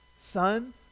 Son